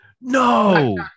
No